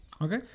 Okay